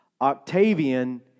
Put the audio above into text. Octavian